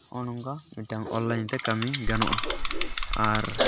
ᱦᱚᱸᱜᱼᱚ ᱱᱚᱝᱠᱟ ᱢᱤᱫᱴᱟᱝ ᱚᱱᱞᱟᱭᱤᱱ ᱛᱮ ᱠᱟᱹᱢᱤ ᱜᱟᱱᱚᱜᱼᱟ ᱟᱨ